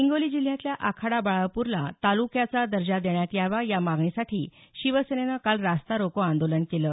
हिंगोली जिल्ह्यातल्या आखाडा बाळापूरला तालुक्याचा दर्जा देण्यात यावा या मागणीसाठी शिवसेनेनं काल रास्ता रोको आंदोलन केलं